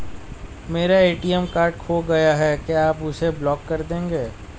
मेरा ATM card खो गया है क्या आप उसे ब्लॉक कर देंगे?